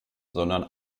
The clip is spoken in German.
sondern